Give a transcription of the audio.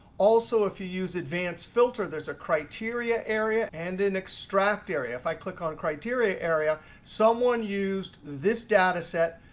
also, if you use advanced filter, there's a criteria area and an extract area. if i click on criteria area, someone used this data set.